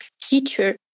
teacher